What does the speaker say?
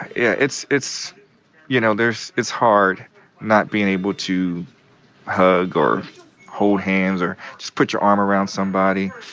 yeah, it's it's you know, there's it's hard not being able to hug or hold hands or just put your arm around somebody